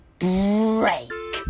break